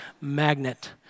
magnet